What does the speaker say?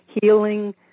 healing